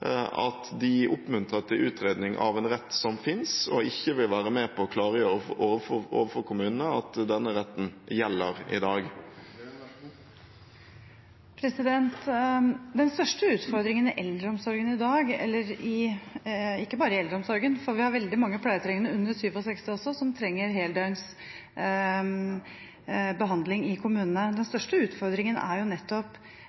at de oppmuntrer til utredning av en rett som finnes, og ikke vil være med på å klargjøre overfor kommunene at denne retten gjelder i dag. Den største utfordringen i dag – ikke bare i eldreomsorgen, for vi har veldig mange pleietrengende også under 67 år som trenger heldøgns behandling i kommunene – er nettopp mangel på nok plasser og mangel på kompetanse i kommunene. Det er den